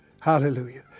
Hallelujah